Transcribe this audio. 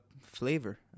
flavor